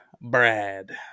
Brad